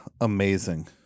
amazing